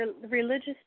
religious